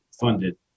funded